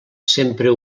sempre